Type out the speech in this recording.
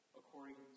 according